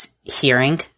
hearing